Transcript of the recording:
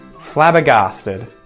flabbergasted